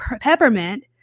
peppermint